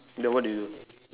then what do you do